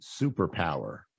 superpower